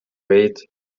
rate